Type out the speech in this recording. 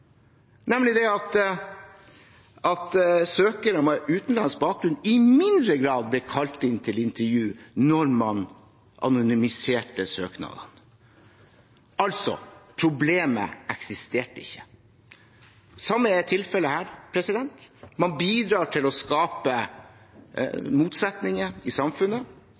nemlig at søkere med utenlandsk bakgrunn i mindre grad ble kalt inn til intervju når man anonymiserte søknader. Altså: Problemet eksisterte ikke. Det samme er tilfellet her. Man bidrar til å skape motsetninger i samfunnet.